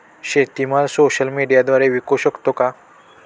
शेतीमाल सोशल मीडियाद्वारे विकू शकतो का?